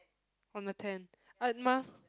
on the ten uh my